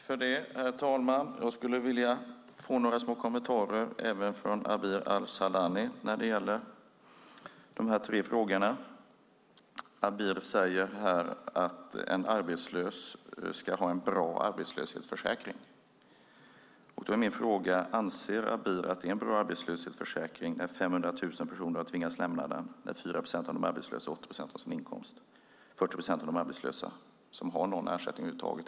Herr talman! Jag skulle vilja få några små kommentarer även från Abir Al-Sahlani när det gäller dessa tre frågor. Abir säger här att en arbetslös ska ha en bra arbetslöshetsförsäkring. Då är min fråga: Anser Abir att det är en bra arbetslöshetsförsäkring när 500 000 personer har tvingats lämna den och när 4 procent av de arbetslösa har 80 procent av sin inkomst? Det är 40 procent av de arbetslösa som har någon ersättning över huvud taget.